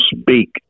speak